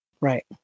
Right